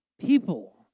people